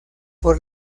por